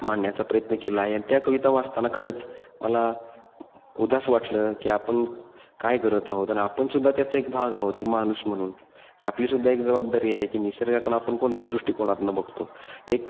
मांडण्याचा प्रयत्न केला आहे त्या कविता वाचताना खरंच मला उदास वाटलं की आपण काय करत आहोत अन् आपण सुद्धा त्याचा एक भाग आहोत एक माणूस म्हणून आपली सुद्धा एक जबाबदारी आहे की निसर्गाकडं आपण कोणत्या दृष्टिकोनातून बघतो एक